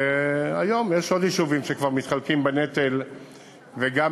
והיום יש עוד יישובים שכבר מתחלקים בנטל וגם